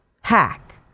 Hack